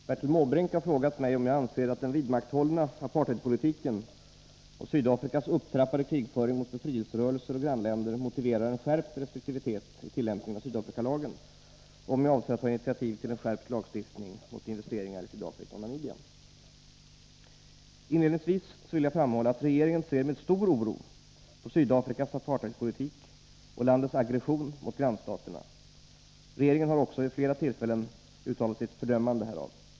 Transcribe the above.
Herr talman! Bertil Måbrink har frågat mig om jag anser att den vidmakthållna apartheidpolitiken och Sydafrikas upptrappade krigsföring mot befrielserörelser och grannländer motiverar en skärpt restriktivitet i tillämpningen av Sydafrikalagen och om jag avser att ta initiativ till en skärpt lagstiftning mot investeringar i Sydafrika och Namibia. Inledningsvis vill jag framhålla att regeringen ser med stor oro på Sydafrikas apartheidpolitik och landets aggression mot grannstaterna. Regeringen har också vid flera tillfällen uttalat sitt fördömande härav.